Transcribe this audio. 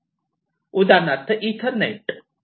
उदाहरणार्थ ईथरनेट